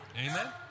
amen